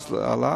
אז היא עלתה,